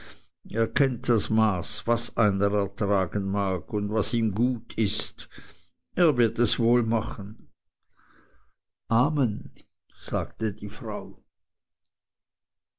kennt das maß was einer ertragen mag und was ihm gut ist er wird es wohl machen amen sagte die frau